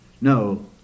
No